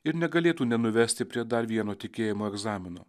ir negalėtų nenuvesti prie dar vieno tikėjimo egzamino